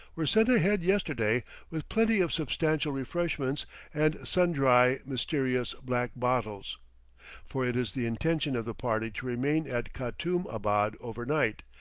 were sent ahead yesterday with plenty of substantial refreshments and sun-dry mysterious black bottles for it is the intention of the party to remain at katoum-abad overnight,